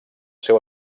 seu